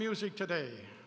music today